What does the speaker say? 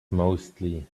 mostly